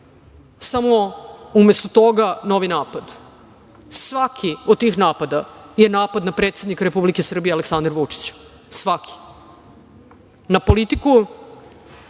samo umesto toga novi napad. Svaki od tih napada je napad na predsednika Republike Srbije, Aleksandra Vučića, svaki, na politiku